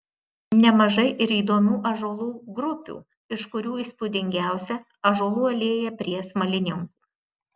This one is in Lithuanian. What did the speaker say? nemažai ir įdomių ąžuolų grupių iš kurių įspūdingiausia ąžuolų alėja prie smalininkų